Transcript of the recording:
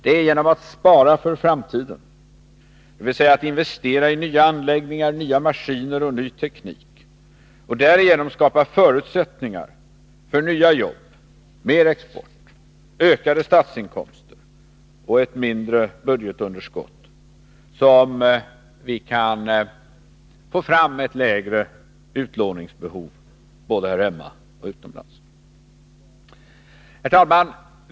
Det är genom att spara för framtiden, dvs. att investera i nya anläggningar, nya maskiner och ny teknik och därigenom skapa förutsättningar för nya jobb, mer export, ökade statsinkomster och ett mindre budgetunderskott, som vi kan minska utlåningsbehovet både här hemma och utomlands.